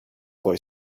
boy